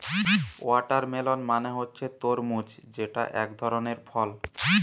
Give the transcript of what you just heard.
watermelon মানে হচ্ছে তরমুজ যেটা একধরনের ফল